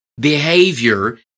behavior